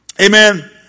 amen